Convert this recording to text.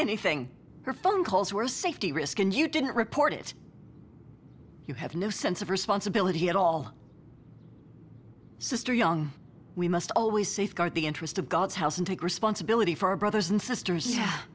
anything her phone calls were a safety risk and you didn't report it you have no sense of responsibility at all sister young we must always safeguard the interest of god's house and take responsibility for our brothers and sisters